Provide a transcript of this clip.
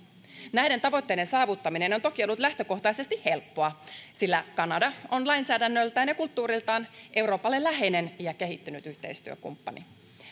näiden tavoitteiden saavuttaminen on toki ollut lähtökohtaisesti helppoa sillä kanada on lainsäädännöltään ja kulttuuriltaan euroopalle läheinen ja kehittynyt yhteistyökumppani